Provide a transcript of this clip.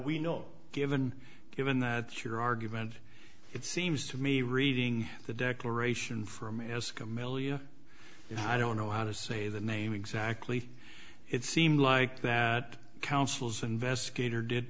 we know given given that your argument it seems to me reading the declaration from as a million i don't know how to say the name exactly it seemed like that counsel's investigator did